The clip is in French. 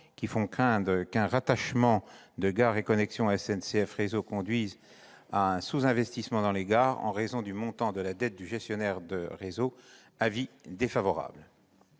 qui font craindre qu'un rattachement de Gares & Connexions à SNCF Réseau ne conduise à un sous-investissement dans les gares en raison du montant de la dette du gestionnaire de réseau. Pour les